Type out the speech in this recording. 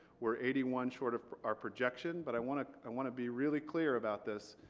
we're eighty one short of our projection but i want ah i want to be really clear about this